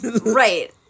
right